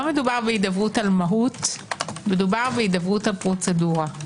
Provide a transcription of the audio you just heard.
לא מדובר בהידברות על מהות אלא בכזו על פרוצדורה.